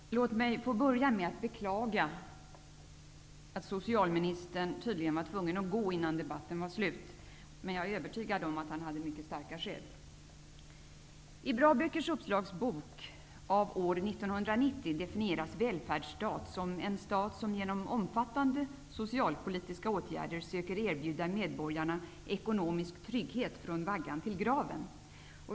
Herr talman! Låt mig få börja med att beklaga att socialministern tydligen var tvungen att gå in nan debatten var slut. Men jag är övertygad om att han hade mycket starka skäl. I Bra Böckers uppslagsbok av år 1990 definie ras en välfärdsstat som ''en stat som genom omfat tande socialpolitiska åtgärder söker erbjuda med borgarna ekonomisk trygghet från vaggan till gra ven''.